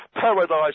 Paradise